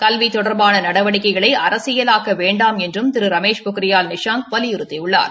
கல்வி தொடர்பான நடவடிக்ககைளை அரசியலாக்க வேண்டாம் என்றும் திரு ரமேஷ் பொக்ரியல் நிஷாங் வலியுறுத்தியுள்ளார்